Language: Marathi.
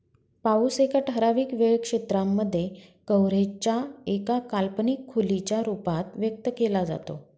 पाऊस एका ठराविक वेळ क्षेत्रांमध्ये, कव्हरेज च्या एका काल्पनिक खोलीच्या रूपात व्यक्त केला जातो